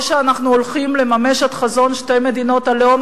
או שאנחנו הולכים לממש את חזון שתי מדינות הלאום,